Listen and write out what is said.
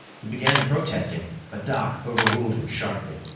he began protesting, but doc overruled him sharply.